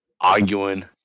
arguing